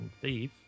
thief